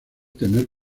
tener